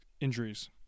injuries